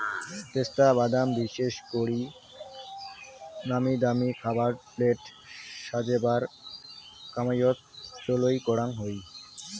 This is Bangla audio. পেস্তা বাদাম বিশেষ করি নামিদামি খাবার প্লেট সাজেবার কামাইয়ত চইল করাং হই